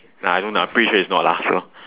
nah don't lah pretty it's not lah so